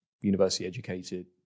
university-educated